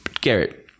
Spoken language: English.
Garrett